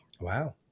wow